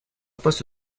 poste